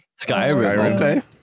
Skyrim